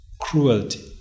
cruelty